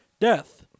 Death